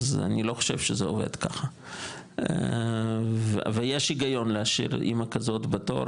אז אני לא חושב שזה עובד ככה ויש היגיון להשאיר אמא כזאת בתור,